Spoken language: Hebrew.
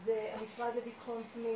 זה המשרד לביטחון פנים,